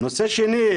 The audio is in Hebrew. הנושא השני,